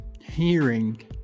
hearing